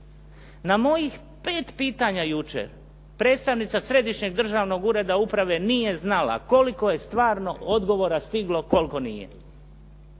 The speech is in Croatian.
Na mojih 5 pitanja jučer predstavnica Središnjeg državnog ureda uprave nije znala koliko je stvarno odgovora stiglo, koliko nije.